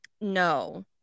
No